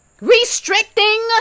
restricting